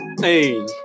Hey